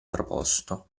proposto